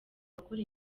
bakora